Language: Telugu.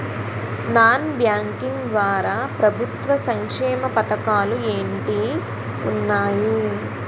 నాన్ బ్యాంకింగ్ ద్వారా ప్రభుత్వ సంక్షేమ పథకాలు ఏంటి ఉన్నాయి?